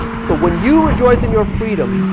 so when you rejoice in your freedom,